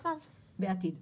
בעתיד.